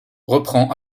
reprend